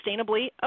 sustainably